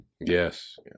Yes